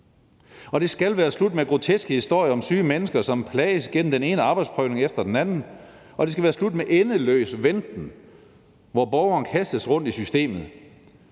Det skal være slut med groteske historier om syge mennesker, der plages med den ene arbejdsprøvning efter den anden, og det skal være slut med endeløs venten, hvor borgeren kastes rundt i systemet.